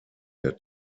der